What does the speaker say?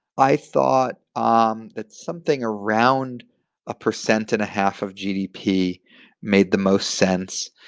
i thought um that something around a percent and a half of gdp made the most sense.